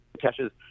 catches